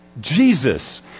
Jesus